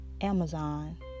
Amazon